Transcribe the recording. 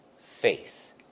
faith